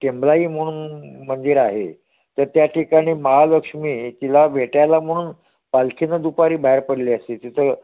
टेंबलाई म्हणून मंदिर आहे तर त्या ठिकाणी महालक्ष्मी तिला भेटायला म्हणून पालखीनं दुपारी बाहेर पडले असते तिथं